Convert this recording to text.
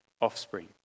offspring